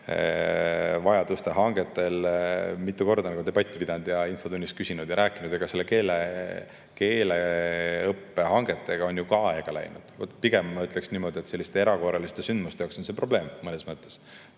kriisivajaduste hangete üle mitu korda debatti pidanud ja infotunnis küsinud ja rääkinud. Keeleõppe hangetega on ju ka aega läinud. Pigem ma ütleksin niimoodi, et selliste erakorraliste sündmuste jaoks on see mõnes mõttes